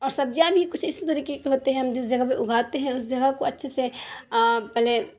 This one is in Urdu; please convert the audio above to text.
اور سبزیاں بھی کچھ اسی طریقے کے ہوتے ہیں ہم جس جگہ پہ اگاتے ہیں اس جگہ کو اچھے سے پہلے